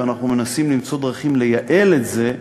ואנחנו מנסים למצוא דרכים לייעל את זה,